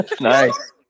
Nice